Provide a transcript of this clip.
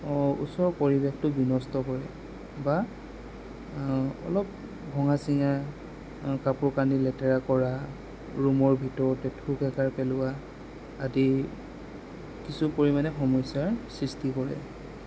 ওচৰৰ পৰিৱেশটো বিনষ্ট কৰে বা অলপ ভঙা ছিঙা কাপোৰ কানি লেতেৰা কৰা ৰূমৰ ভিতৰতে থু খেকাৰ পেলোৱা আদি কিছু পৰিমাণে সমস্যাৰ সৃষ্টি কৰে